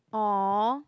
oh